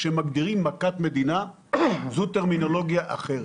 כשמגדירים מכת מדינה זו טרמינולוגיה אחרת.